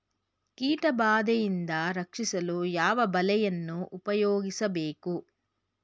ಕೀಟಬಾದೆಯಿಂದ ರಕ್ಷಿಸಲು ಯಾವ ಬಲೆಯನ್ನು ಉಪಯೋಗಿಸಬೇಕು?